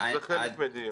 זה חלק מהדיון.